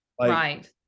right